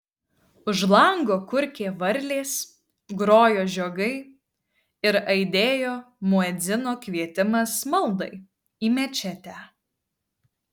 už lango kurkė varlės grojo žiogai ir aidėjo muedzino kvietimas maldai į mečetę